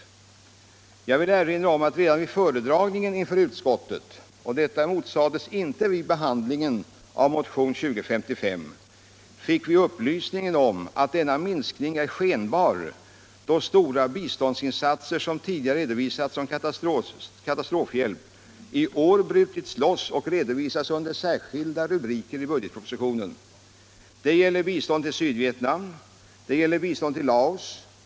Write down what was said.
Jag vill erinra om att redan vid föredragningen inför utskottet — och detta emotsades inte vid behandlingen av motionen 2055 — fick vi upplysningen att denna minskning är skenbar då stora biståndsinsatser, som tidigare redovisats som katastrofhjälp, iår brutits loss och redovisas under särskilda rubriker i budgetpropositionen. Det gäller biståndet ull Sydvietnam. Det gäller biståndet ull Laos.